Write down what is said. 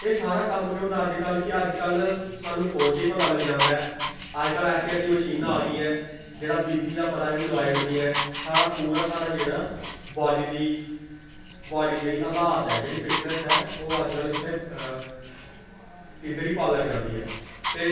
एह् सारा कम्म केह् होंदा कि अजकल्ल सानूं फोन च बी पता लग्ग जांदा ऐ अजकल्ल ऐसी ऐसी मशीनां आ गेई ऐं जेह्ड़ा बी पी दा पता बी लोआई ओड़दी ऐं साढ़ा पूरा साढ़ा जेह्ड़ा बाडी दी बाडी दी जेह्ड़ी हालात ऐ जेह्ड़ी फिटनैस्स ऐ ओह् अजकल्ल इत्थै इद्धर गै पता लग्ग जांदी ऐ ते